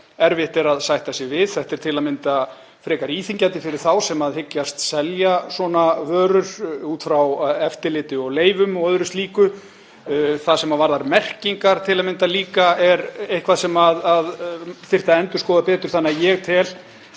erfitt er að sætta sig við. Þetta er til að mynda frekar íþyngjandi fyrir þá sem hyggjast selja svona vörur út frá eftirliti og leyfum og öðru slíku. Það sem varðar merkingar til að mynda þyrfti líka að endurskoða betur þannig að ég og